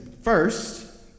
First